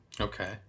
Okay